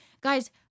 guys